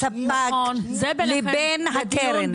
הספק לבין הקרן.